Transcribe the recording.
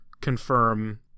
confirm